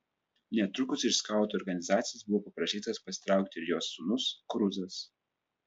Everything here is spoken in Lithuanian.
netrukus iš skautų organizacijos buvo paprašytas pasitraukti ir jos sūnus kruzas